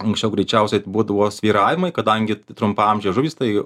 anksčiau greičiausiai tai būdavo svyravimai kadangi tai trumpaamžės žuvys tai